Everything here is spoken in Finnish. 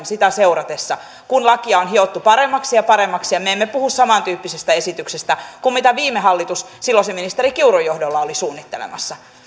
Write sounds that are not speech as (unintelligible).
(unintelligible) sitä valmisteluvaihetta seurannut kun lakia on hiottu paremmaksi ja paremmaksi ja me emme puhu samantyyppisestä esityksestä kuin mitä viime hallitus silloisen ministeri kiurun johdolla oli suunnittelemassa niin